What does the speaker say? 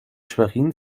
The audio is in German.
schwerin